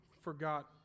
forgot